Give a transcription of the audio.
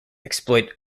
exploit